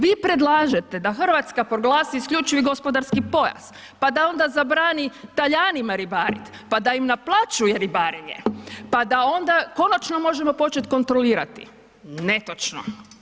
Vi predlažete da Hrvatska proglasi isključivi gospodarski pojas, pa da onda zabrani Talijanima ribarit, pa da im naplaćuje ribarenje, pa da onda konačno možemo početi kontrolirati, netočno.